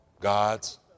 God's